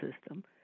system